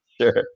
sure